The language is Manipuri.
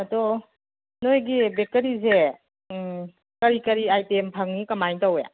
ꯑꯗꯣ ꯅꯣꯏꯒꯤ ꯕꯦꯛꯀꯔꯤꯁꯦ ꯀꯔꯤ ꯀꯔꯤ ꯑꯥꯏꯇꯦꯝ ꯐꯪꯉꯤ ꯀꯃꯥꯏꯅ ꯇꯧꯏ